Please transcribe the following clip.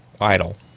idle